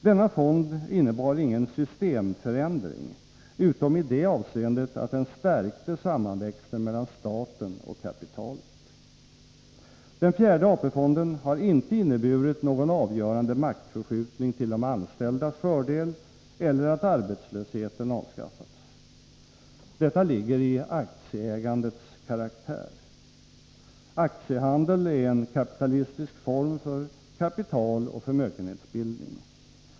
Denna fond innebar ingen systemförändring utom i det avseendet att den stärkte sammanväxten mellan staten och kapitalet. Den fjärde AP-fonden har inte inneburit någon avgörande maktförskjutning till de anställdas fördel eller att arbetslösheten avskaffats. Detta ligger i aktieägandets karaktär. Aktiehandel är en kapitalistisk form för kapitaloch förmögenhetsbildning.